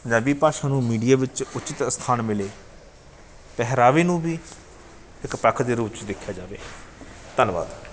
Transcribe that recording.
ਪੰਜਾਬੀ ਭਾਸ਼ਾ ਨੂੰ ਮੀਡੀਆ ਵਿੱਚ ਉਚਿੱਤ ਅਸਥਾਨ ਮਿਲੇ ਪਹਿਰਾਵੇ ਨੂੰ ਵੀ ਇੱਕ ਪੱਖ ਦੇ ਰੂਪ 'ਚ ਦੇਖਿਆ ਜਾਵੇ ਧੰਨਵਾਦ